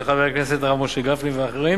של חבר הכנסת הרב משה גפני ואחרים.